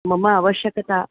मम अवश्यकता